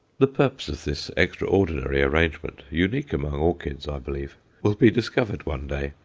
the purpose of this extraordinary arrangement unique among orchids, i believe will be discovered one day,